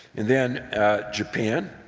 and then japan